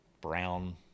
brown